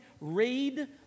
Read